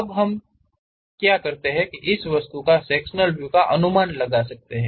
अब क्या हम इस वस्तु के सेक्शनल व्यू का अनुमान लगा सकते हैं